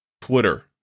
Twitter